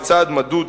בצעד מדוד,